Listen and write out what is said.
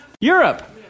Europe